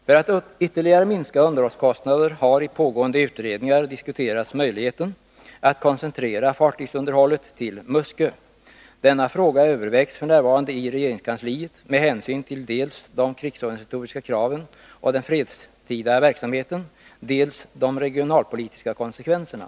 För att ytterligare minska underhållskostnaderna har i pågående utredningar diskuterats möjligheten att koncentrera fartygsunderhållet till Muskö. Denna fråga övervägs f. n. i regeringskansliet med hänsyn till dels de krigsorganisatoriska kraven och den fredstida verksamheten, dels de regionalpolitiska konsekvenserna.